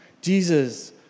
Jesus